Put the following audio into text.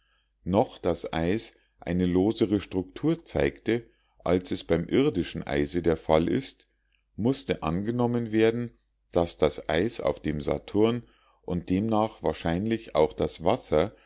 noch das eis eine losere struktur zeigte als es beim irdischen eise der fall ist mußte angenommen werden daß das eis auf dem saturn und demnach wahrscheinlich auch das wasser